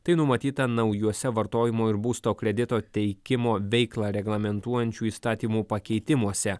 tai numatyta naujuose vartojimo ir būsto kredito teikimo veiklą reglamentuojančių įstatymų pakeitimuose